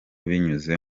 binyuze